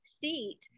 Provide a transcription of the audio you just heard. seat